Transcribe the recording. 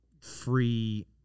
free